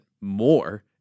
more